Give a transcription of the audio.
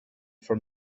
for